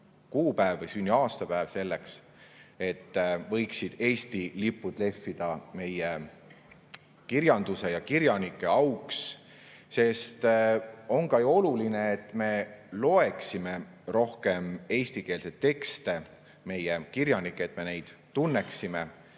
sünnikuupäev selleks päevaks, kui võiksid Eesti lipud lehvida meie kirjanduse ja kirjanike auks. Sest on ju ka oluline, et me loeksime rohkem eestikeelseid tekste, meie kirjanikke, et me neid tunneksime.